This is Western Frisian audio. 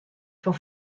fan